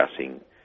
discussing